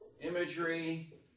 imagery